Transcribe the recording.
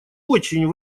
очень